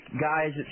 guys